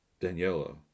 Daniela